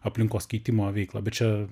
aplinkos keitimo veiklą bet čia